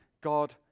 God